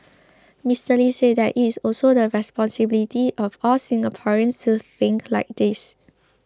Mister Lee said that it is also the responsibility of all Singaporeans to think like this